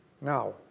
Now